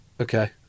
Okay